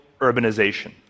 urbanization